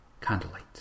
Candlelight